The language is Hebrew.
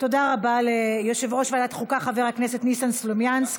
תודה רבה ליושב-ראש ועדת החוקה חבר הכנסת ניסן סלומינסקי.